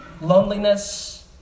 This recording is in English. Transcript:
loneliness